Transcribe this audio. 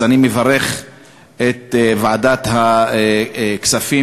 אז אני מברך את ועדת הכספים,